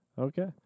Okay